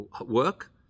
Work